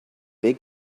big